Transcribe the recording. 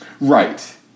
Right